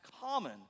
common